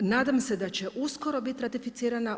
Nadam se da će uskoro biti ratificirana.